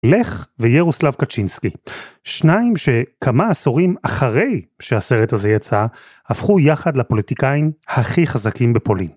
לך וירוסלב קצ'ינסקי, שניים שכמה עשורים אחרי שהסרט הזה יצא, הפכו יחד לפוליטיקאים הכי חזקים בפולין.